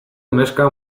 neska